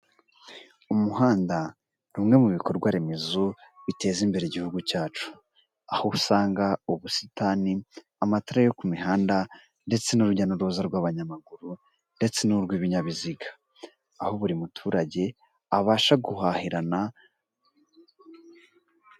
Umuhanda numwe mu bikorwa remezo biteza imbere igihugu cyacu. aho usanga ubusitani, amatara yo ku mihanda ndetse n'urujya n'uruza rw'abanyamaguru ndetse n'urw'ibinyabiziga aho buri muturage abasha guhahirana.